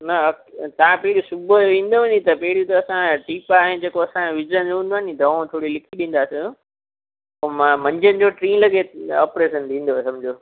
न तव्हां पहिरों सुबुह जो ईंदुव नी त पहिरीं त असां टीपा ऐं जेको असाजो विझण जो हूंदो आहे नी दवाऊं थोरि लिखी ॾींदासीं पोइ मां मंझंदि जो टी लॻे ऑपरेशन थींदो समुझो